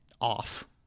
off